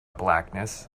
blackness